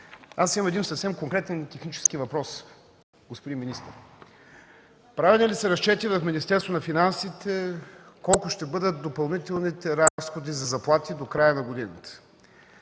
аз имам един конкретен технически въпрос, господин министър. Правени ли са разчети в Министерството на финансите колко ще бъдат допълнителните разходи за заплати до края на годината,